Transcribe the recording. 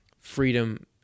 freedom